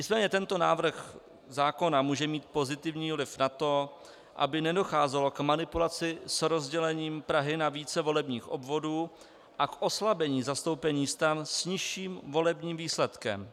Nicméně tento návrh zákona může mít pozitivní vliv na to, aby nedocházelo k manipulaci s rozdělením Prahy na více volebních obvodů a k oslabení zastoupení stran s nižším volebním výsledkem.